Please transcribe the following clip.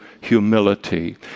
humility